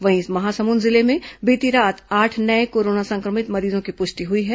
वहीं महासमुंद जिले में बीती रात आठ नये कोरोना संक्रमित मरीजों की पुष्टि हुई है